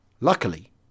Luckily